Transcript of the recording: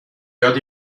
یاد